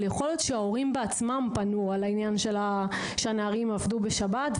אבל יכול להיות שההורים עצמם פנו על זה שהנערים עבדו בשבת.